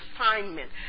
assignment